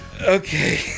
Okay